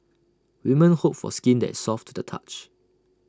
women hope for skin that is soft to the touch